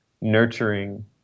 nurturing